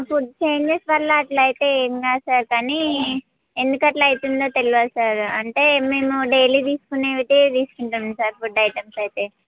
food changes వల్ల అట్లా అయితే ఏం కాదు సార్ కానీ ఎందుకట్లా అయితుందో తెలియదు సార్ అంటే మేము డైలీ తీసుకునేవే తీసుకుంటాము సార్ ఫుడ్ ఐటమ్స్ అయితే